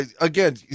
Again